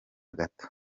gato